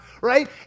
Right